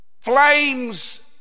flames